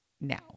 now